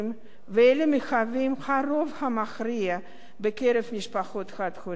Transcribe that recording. ואלה מהוות את הרוב המכריע בקרב משפחות חד-הוריות,